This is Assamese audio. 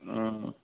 ওম